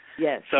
Yes